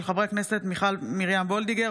של חברי הכנסת מיכל מרים וולדיגר,